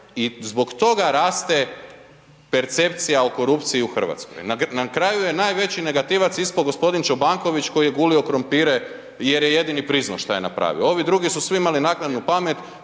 i zbog toga raste percepcija o korupciji u Hrvatskoj. Na kraju je najveći negativac ispao gospodin Čobanković, koji je gulio krumpire, jer je jedini priznao što je napravio, ovi drugi su svi imali naknadnu pamet,